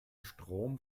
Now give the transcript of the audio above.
strom